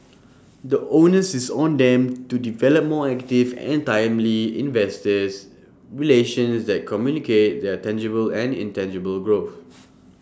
the onus is on them to develop more active and timely investors relations that communicate their tangible and intangible growth